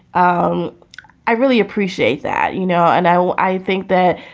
um i really appreciate that. you know, and i i think that